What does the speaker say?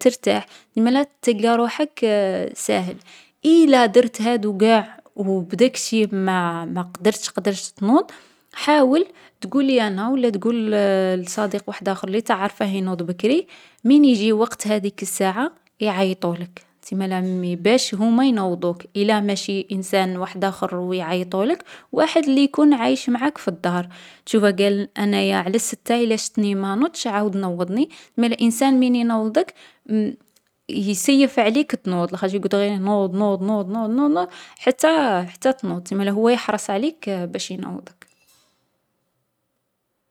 ترتاح. امالا تلقى روحك ساهل. إلا درت هادو قاع و بذاك الشي ماقدرتش تنوض، حاول تقلي أنا ولا تقول لصديق وحداخر ليك اللي تعرفه ينوض بكري. مين يجي وقت هاذيك الساعة يعيطولك مالا باش هوما ينوضوك. إلا ماشي انسان وحداخر و يعيطولك، واحد اللي عايش معاك في الدار. قال أنايا على الستة الا شتني مانضتش عاود نوضني، مالا الانسان مين ينوضك، يسيف عليك تنوض علا خاطرش يقعد غير نوض نوض نوض نوض نوض حتا حتا تنوض هو يحرص عليك باش ينوضك.